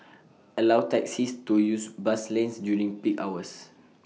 allow taxis to use bus lanes during peak hours